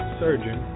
surgeon